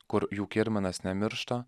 kur jų kirminas nemiršta